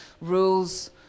rules